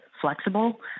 flexible